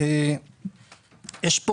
משום שהייתה